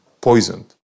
poisoned